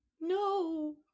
No